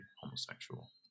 homosexual